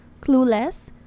Clueless